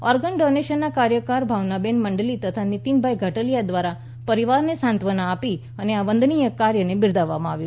organ ડોનેશનના કાર્યકરો ભાવનાબેન મંડલી તથા નીતિનભાઈ ઘાટલીયા દ્વારા પરિવારને સાંત્વના આપી અને આ વંદનીય કાર્યને બિરદાવવામાં આવ્યું